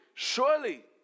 Surely